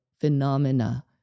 phenomena